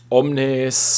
omnes